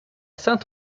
saint